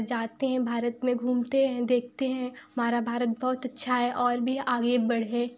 जाते हैं भारत में घूमते हैं देखते हैं मारा भारत बहुत अच्छा है और भी आगे बढ़े